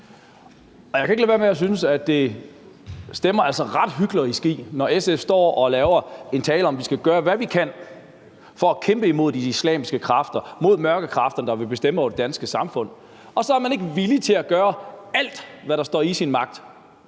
Jeg kan ikke lade være med at synes, at SF altså stemmer ret hyklerisk i, når man står og holder en tale om, at vi skal gøre, hvad vi kan for at kæmpe imod de islamiske kræfter og mod mørke kræfter, der vil bestemme over det danske samfund, og man så ikke er villig til at gøre alt, hvad der står i ens magt,